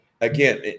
Again